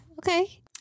Okay